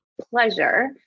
pleasure